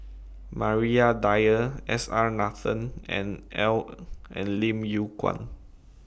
Maria Dyer S R Nathan and L and Lim Yew Kuan